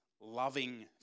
loving